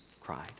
cried